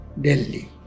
Delhi